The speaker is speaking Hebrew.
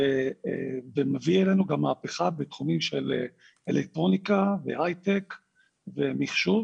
ומביא אלינו גם מהפכה בתחומים של אלקטרוניקה והייטק ומחשוב,